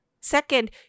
second